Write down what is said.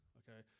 okay